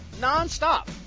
non-stop